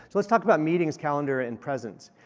so let's talk about meetings, calendar and presence.